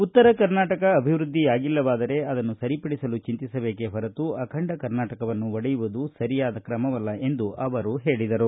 ಉತ್ತರ ಕರ್ನಾಟಕ ಅಭಿವೃದ್ಧಿಯಾಗಿಲ್ಲವಾದರೆ ಅದನ್ನು ಸರಿಪಡಿಸಲು ಚಿಂತಿಸಬೇಕೆ ಹೊರತು ಅಖಂಡ ಕರ್ನಾಟಕವನ್ನು ಒಡೆಯುವುದು ಸರಿಯಲ್ಲ ಎಂದು ಅವರು ಹೇಳಿದರು